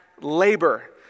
labor